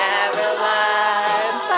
Caroline